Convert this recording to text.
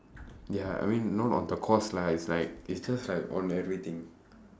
ya I mean not on the course lah it's like it's just like on everything